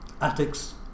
attics